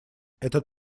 этот